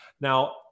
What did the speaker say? Now